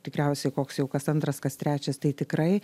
tikriausiai koks jau kas antras kas trečias tai tikrai